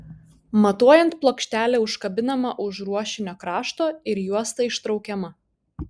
matuojant plokštelė užkabinama už ruošinio krašto ir juosta ištraukiama